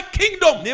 kingdom